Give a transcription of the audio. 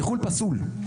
חו"ל פסול,